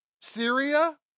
Syria